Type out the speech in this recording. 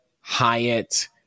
Hyatt